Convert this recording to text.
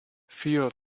feel